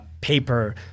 paper